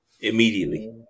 immediately